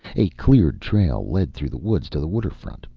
a cleared trail led through the woods to the waterfront,